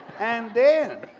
and then.